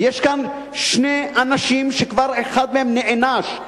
ויש כאן שני אנשים שאחד מהם כבר נענש,